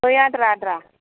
बै आद्रा आद्रा